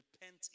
repent